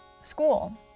school